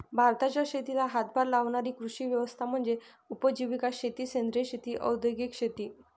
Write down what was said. भारताच्या शेतीला हातभार लावणारी कृषी व्यवस्था म्हणजे उपजीविका शेती सेंद्रिय शेती औद्योगिक शेती